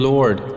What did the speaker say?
Lord